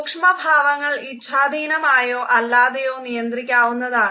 സൂക്ഷ്മഭാവങ്ങൾ ഇച്ഛാധീനാമായോ അല്ലാതെയോ നിയന്ത്രിക്കാവുന്നതാണ്